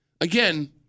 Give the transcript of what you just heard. Again